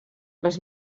les